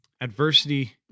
Adversity